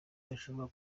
bishobora